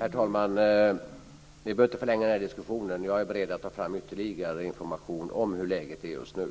Herr talman! Vi behöver inte förlänga den här diskussionen. Jag är beredd att ta fram ytterligare information om hur läget är just nu.